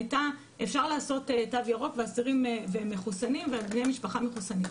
היה שאפשר לעשות תו ירוק לאסירים מחוסנים ובני משפחה מחוסנים.